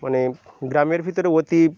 মানে গ্রামের ভিতরে অতি